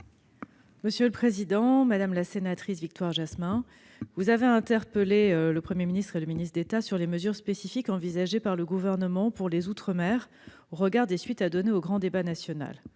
la secrétaire d'État. Madame la sénatrice Victoire Jasmin, vous avez interpellé le Premier ministre et le ministre d'État sur les mesures spécifiques envisagées par le Gouvernement pour les outre-mer dans le cadre des suites à donner au grand débat national.